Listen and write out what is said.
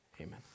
amen